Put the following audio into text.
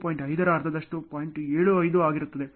ಆದ್ದರಿಂದ ಇದು ಏನಾಗುತ್ತದೆ ಎಂಬುದು ಇಲ್ಲಿ ನಿಲ್ಲುತ್ತದೆ ಏಕೆಂದರೆ 1